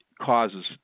causes